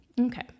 Okay